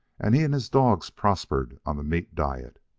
and he and his dogs prospered on the meat diet.